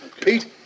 Pete